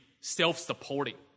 self-supporting